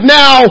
now